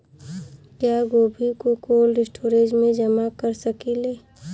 क्या गोभी को कोल्ड स्टोरेज में जमा कर सकिले?